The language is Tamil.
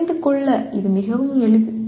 புரிந்து கொள்ள இது மிகவும் எளிது